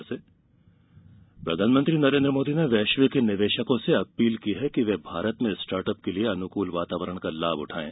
प्रधानमंत्री अपील प्रधानमंत्री नरेन्द्र मोदी ने वैश्विक निवेशकों से अपील की है कि वे भारत में स्टार्ट अप के लिए अनुकूल वातावरण का लाभ उठाएं